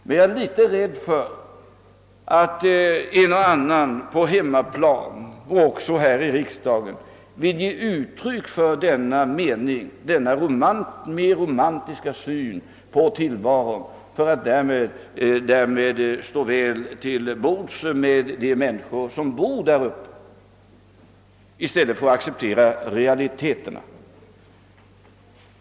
Men jag är litet rädd för att en och annan på hemmaplan och även i riksdagen vill ge uttryck för denna mer romantiska syn på tillvaron, för att därmed stå väl till boks med de människor som bor där uppe, i stället för att acceptera realiteterna.